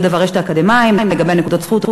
דבר: יש עניין האקדמאים ונקודות זכות,